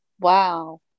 wow